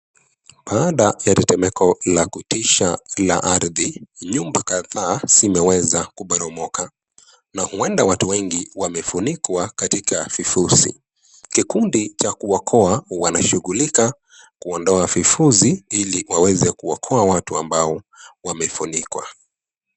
Baada ya tetemeko la kutisha la ardhi, nyumba kadhaa zimeweza kuporomoka na huenda watu wengi wamefunikwa katika vifusi. Kikundi cha kuokoa wanashughulika kuondoa vifusi ili waweze kuokoa watu ambao wamefunikwa.